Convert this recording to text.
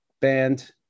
band